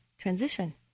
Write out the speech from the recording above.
transition